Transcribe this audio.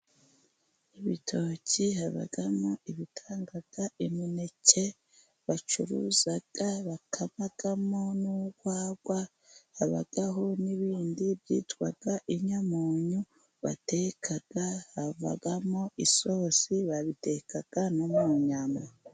Ibitoki habamo ibitanga imineke bacuruza, havagamo n'urwagwa. Habaho n'ibindi byitwaga inyamunyu batekaga, havagamo isosi, babitekaga no mu nyama.